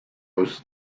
was